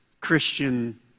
Christian